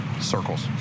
circles